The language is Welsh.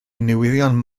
newyddion